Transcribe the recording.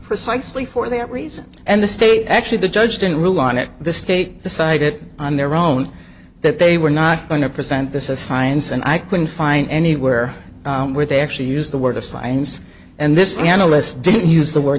precisely for that reason and the state actually the judge didn't rule on it the state decided on their own that they were not going to present this as science and i couldn't find anywhere where they actually used the word of science and this is the analysts didn't use the word